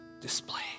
display